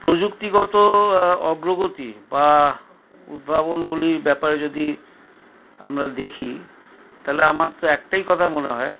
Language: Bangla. প্রযুক্তিগত অগ্রগতি বা উদ্ভাবনগুলির ব্যপারে যদি আমরা দেখি তাহলে আমার তো একটাই কথা মনে হয়